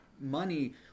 money